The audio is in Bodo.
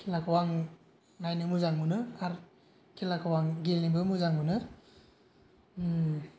खेलाखौ आं नायनो मोजां मोनो खेलाखौ आं गेलेनोबो मोजां मोनो